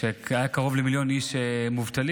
היו קרוב למיליון איש מובטלים,